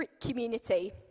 community